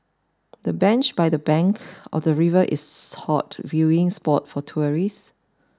the bench by the bank of the river is a hot viewing spot for tourists